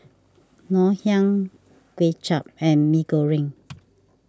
Ngoh Hiang Kuay Chap and Mee Goreng